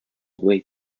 way